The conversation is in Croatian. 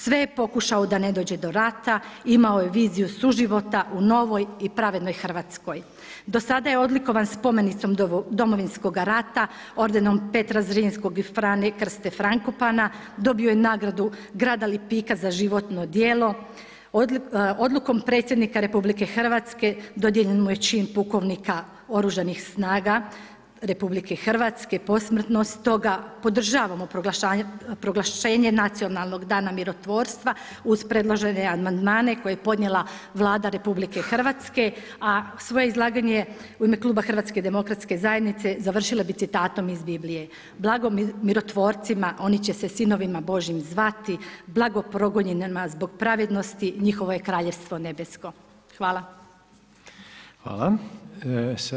Sve je pokušao da ne dođe do rata, imao je viziju suživota u novoj i pravednoj Hrvatskoj. do sada je odlikovan spomenicom Domovinskog rata, ordenom Petra Zrinskog i Frane Krste Frankopana, dobio je nagradu grada Lipika za životno djelo, odlukom predsjednika RH dodijeljen mu je čin pukovnika Oružanih snaga RH, posmrtnost toga podržavamo proglašenje nacionalnog dana mirotvorstva uz predložene amandmane koje je podnijela Vlada RH, a svoje izlaganje u ime kluba HDZ-a završila bih citatom iz Biblije: „Blago mirotvorcima, oni će se sinovima Božjim zvati, blago progonjenima zbog pravednosti, njihovo je Kraljevstvo nebesko.“ Hvala.